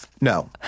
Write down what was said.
No